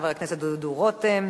חבר הכנסת דוד רותם.